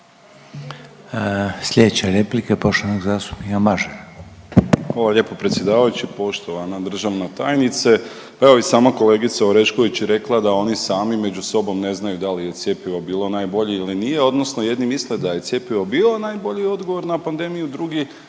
Slijedeća replika je poštovanog zastupnika Mažara.